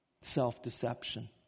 self-deception